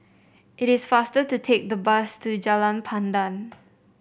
it is faster to take the bus to Jalan Pandan